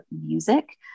music